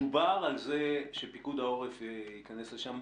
דובר על זה שפיקוד העורף ייכנס לשם,